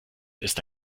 ist